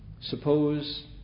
Suppose